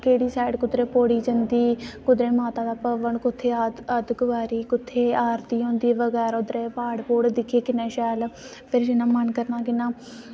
केह्ड़ी साईड कुद्धर पौड़ी जंदी कुद्धरै माता दा भवन कुत्थें ऐ अर्धकुवारी कुत्थें आरती होंदी बगैरा उद्धरे दे प्हाड़ दिक्खे किन्ने शैल पर जि'यां मन करना जि'यां